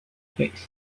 faced